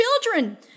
children